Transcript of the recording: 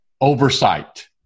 oversight